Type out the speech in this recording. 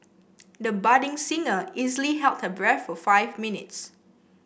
the budding singer easily held her breath for five minutes